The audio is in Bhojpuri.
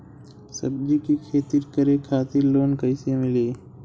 सब्जी के खेती करे खातिर लोन कइसे मिली?